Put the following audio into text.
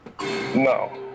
No